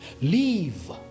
leave